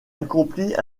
accomplit